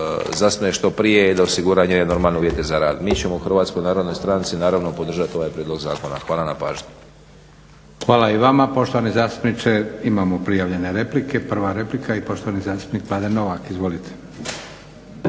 zasnuje što prije i da osiguran njene normalne uvjete za rad. Mi ćemo u HNS-u naravno podržati ovaj prijedlog zakona. Hvala na pažnji. **Leko, Josip (SDP)** Hvala i vama poštovani zastupniče. Imamo prijavljene replike i prva replika poštovani zastupnik Mladen Novak. Izvolite.